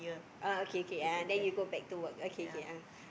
oh okay K yeah then you go back to work okay K ah